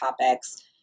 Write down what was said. topics